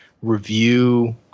review